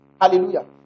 Hallelujah